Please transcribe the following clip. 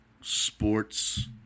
sports